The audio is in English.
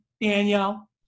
Daniel